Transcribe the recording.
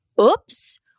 oops